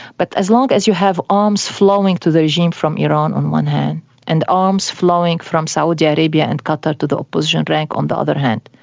but as long as you have arms flowing to the regime from iran on one hand and arms flowing from saudi arabia and qatar to the opposition rank on the other hand,